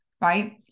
right